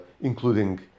including